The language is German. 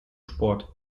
sport